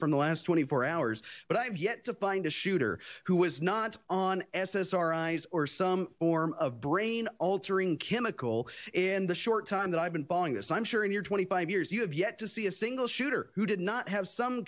from the last twenty four hours but i have yet to find a shooter who was not on s s r i's or some orm of brain altering chemical in the short time that i've been following this i'm sure in your twenty five years you have yet to see a single shooter who did not have some